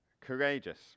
courageous